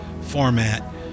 format